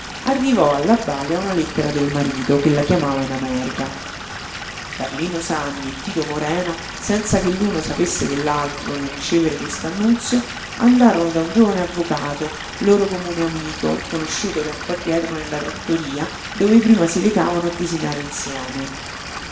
arrivò alla balia una lettera del marito che la chiamava in america carlino sanni e tito morena senza che l'uno sapesse dell'altro nel ricevere quest'annunzio andarono da un giovane avvocato loro comune amico conosciuto tempo addietro nella trattoria dove prima si recavano a desinare insieme